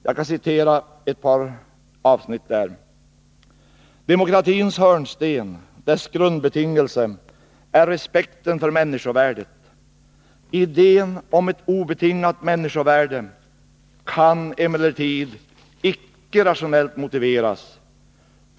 Jag kan citera ett par avsnitt ur denna: ”Demokratiens hörnsten, dess grundbetingelse, är respekten för människovärdet. Idén om ett obetingat människovärde kan emellertid icke rationellt motiveras.